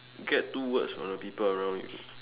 get two words from the people around you